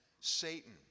Satan